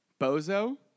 bozo